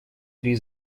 три